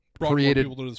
created